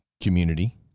community